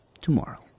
tomorrow